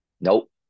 Nope